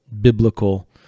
biblical